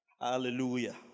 Hallelujah